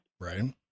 Right